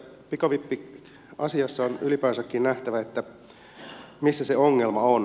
tässä pikavippiasiassa on ylipäänsäkin nähtävä missä se ongelma on